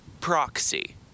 proxy